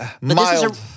Mild